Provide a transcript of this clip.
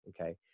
Okay